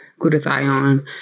glutathione